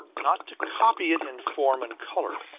not to copy it in form and color,